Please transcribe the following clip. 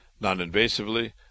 non-invasively